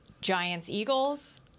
Giants-Eagles